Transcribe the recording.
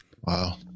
Wow